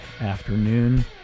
afternoon